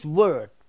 word